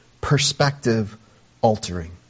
perspective-altering